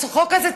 החוק הזה צודק.